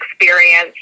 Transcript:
experience